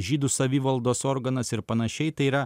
žydų savivaldos organas ir panašiai tai yra